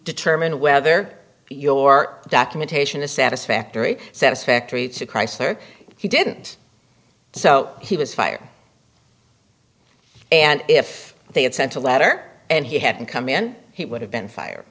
determine whether your documentation is satisfactory satisfactory to chrysler he didn't so he was fired and if they had sent a letter and he hadn't come in he would have been fire